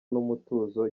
n’umutuzo